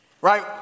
right